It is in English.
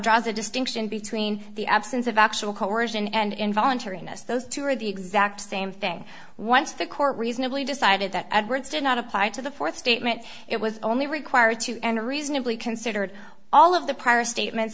draws a distinction between the absence of actual coercion and involuntary miss those two are the exact same thing once the court reasonably decided that edwards did not apply to the fourth statement it was only required to end a reasonably considered all of the prior statements